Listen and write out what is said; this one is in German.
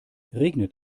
regnet